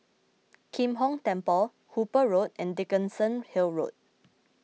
Kim Hong Temple Hooper Road and Dickenson Hill Road